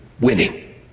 winning